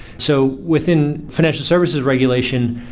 so within financial services regulation,